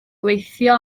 gweithio